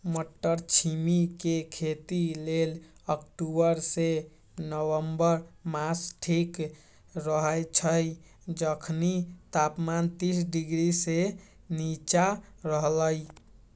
मट्टरछिमि के खेती लेल अक्टूबर से नवंबर मास ठीक रहैछइ जखनी तापमान तीस डिग्री से नीचा रहलइ